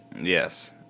Yes